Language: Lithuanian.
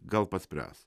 gal pats spręs